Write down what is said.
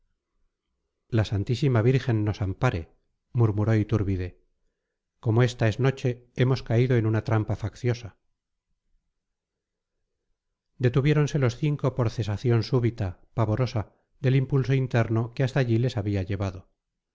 la santísima virgen nos ampare murmuró iturbide como esta es noche hemos caído en una trampa facciosa detuviéronse los cinco por cesación súbita pavorosa del impulso interno que hasta allí les había llevado